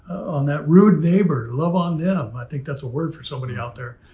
on that rude neighbor, love on them. i think that's a word for somebody out there.